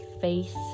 faith